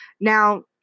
Now